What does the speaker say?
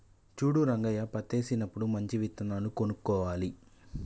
చూడు రంగయ్య పత్తేసినప్పుడు మంచి విత్తనాలు కొనుక్కోవాలి